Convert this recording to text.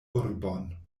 urbon